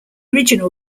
original